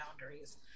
boundaries